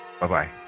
Bye-bye